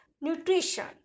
nutrition